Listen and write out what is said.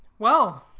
well,